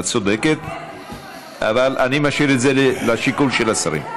את צודקת, אבל אני משאיר את זה לשיקול של השרים.